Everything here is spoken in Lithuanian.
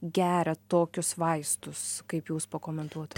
geria tokius vaistus kaip jūs pakomentuotu